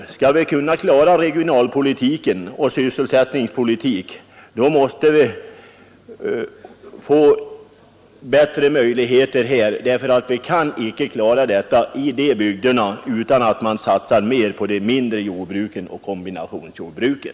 Om vi skall kunna klara regionalpolitiken och även sysselsättningspolitiken, måste vi få bättre möjligheter. Det går inte att klara dessa frågor ute i bygderna utan att vi satsar mer på de mindre jordbruken och kombinationsjord bruken.